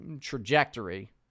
trajectory